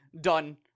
done